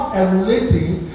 emulating